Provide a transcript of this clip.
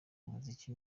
umuziki